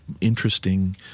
interesting